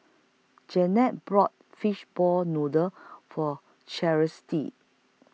Jeannette brought Fishball Noodle For